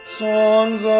songs